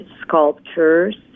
sculptures